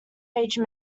aged